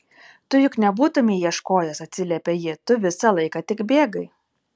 tu juk nebūtumei ieškojęs atsiliepia ji tu visą laiką tik bėgai